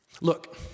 Look